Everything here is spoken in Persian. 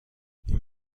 این